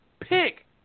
pick